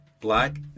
Black